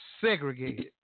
Segregated